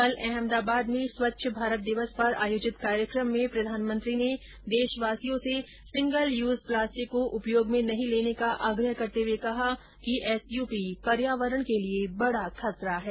कल अहमदाबाद में स्वच्छ भारत दिवस पर आयोजित कार्यक्रम में प्रधानमंत्री ने देशवासियों से सिंगल यूज प्लास्टिक को उपयोग में नहीं लेने का आग्रह करते हुए कहा कि एसयुपी पर्यावरण के लिए बडा खतरा है